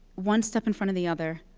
one step in front of the other,